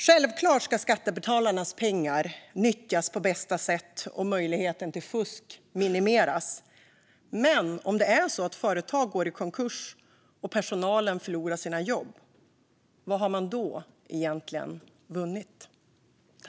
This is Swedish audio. Självfallet ska skattebetalarnas pengar nyttjas på bästa sätt och möjligheten till fusk minimeras, men om företag går i konkurs och personalen förlorar sina jobb, vad har man då egentligen vunnit?